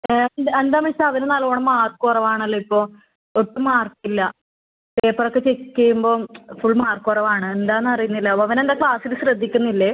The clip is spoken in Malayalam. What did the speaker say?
എന്താ മിസ്സേ അവന് നല്ലോണം മാർക്ക് കുറവ് ആണല്ലോ ഇപ്പോൾ ഒട്ടും മാർക്ക് ഇല്ല പേപ്പർ ഒക്കെ ചെക്ക് ചെയ്യുമ്പോൾ ഫുൾ മാർക്ക് കുറവ് ആണ് എന്താണെന്ന് അറിയുന്നില്ല അവൻ എന്താ ക്ലാസ്സിൽ ശ്രദ്ധിക്കുന്നില്ലേ